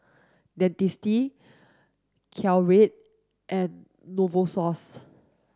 Dentiste Caltrate and Novosource